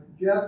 Jeff